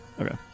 okay